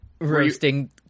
roasting